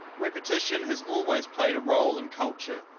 repetition has always played a role in culture,